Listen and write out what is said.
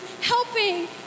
helping